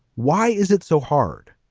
why is it so hard.